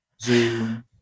Zoom